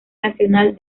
nacional